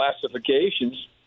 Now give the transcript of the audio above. classifications